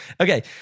Okay